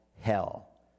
hell